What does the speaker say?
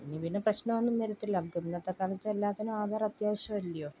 എങ്കിൽ പിന്നെ പ്രശ്നമൊന്നും വരത്തില്ല നമുക്ക് ഇന്നത്തെ കാലത്ത് എല്ലാറ്റിനും ആധാർ അത്യാവശ്യമല്ലയോ